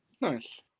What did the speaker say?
Nice